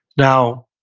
now,